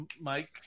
mike